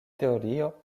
teorio